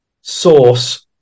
source